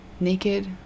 naked